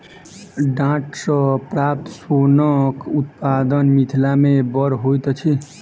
डांट सॅ प्राप्त सोनक उत्पादन मिथिला मे बड़ होइत अछि